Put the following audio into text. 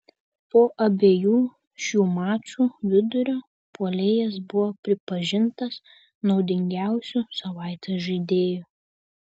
po abiejų šių mačų vidurio puolėjas buvo pripažintas naudingiausiu savaitės žaidėju